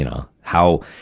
know, how,